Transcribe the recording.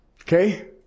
Okay